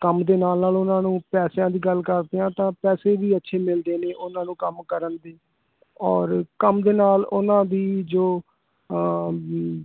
ਕੰਮ ਦੇ ਨਾਲ ਨਾਲ ਉਹਨਾਂ ਨੂੰ ਪੈਸਿਆਂ ਦੀ ਗੱਲ ਕਰਦੇ ਹਾਂ ਤਾਂ ਪੈਸੇ ਵੀ ਅੱਛੇ ਮਿਲਦੇ ਨੇ ਉਹਨਾਂ ਨੂੰ ਕੰਮ ਕਰਨ ਦੇ ਔਰ ਕੰਮ ਦੇ ਨਾਲ ਉਹਨਾਂ ਦੀ ਜੋ ਵੀ